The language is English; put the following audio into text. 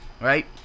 Right